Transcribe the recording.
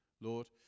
Lord